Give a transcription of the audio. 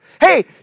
Hey